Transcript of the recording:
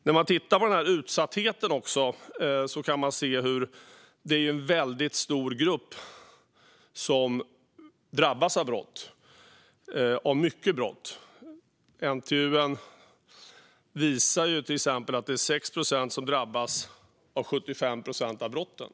När man tittar på utsattheten kan man se att det är en väldigt stor grupp som drabbas av brott, och av mycket brott. NTU:n visar till exempel att det är 6 procent som drabbas av 75 procent av brotten.